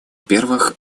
первых